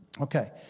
Okay